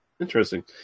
interesting